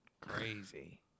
Crazy